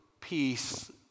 peace